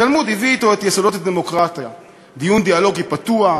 התלמוד הביא אתו את יסודות הדמוקרטיה: דיון דיאלוגי פתוח,